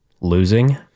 Losing